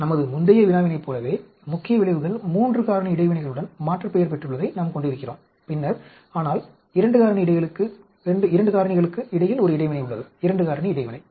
நமது முந்தைய வினாவினைப் போலவே முக்கிய விளைவுகள் 3 காரணி இடைவினைகளுடன் மாற்றுப்பெயர் பெற்றுள்ளதை நாம் கொண்டிருக்கிறோம் பின்னர் ஆனால் 2 காரணிகளுக்கு இடையில் ஒரு இடைவினை உள்ளது 2 காரணி இடைவினை